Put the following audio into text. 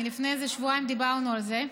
לפני איזה שבועיים דיברנו על זה,